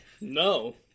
No